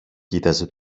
κοίταζε